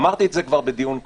אמרתי את זה כבר בדיון קודם,